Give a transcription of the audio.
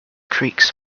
creaks